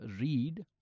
read